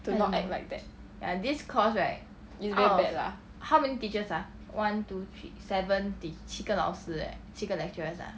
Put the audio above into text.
do not act like that is very bad lah